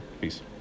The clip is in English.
Peace